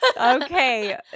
Okay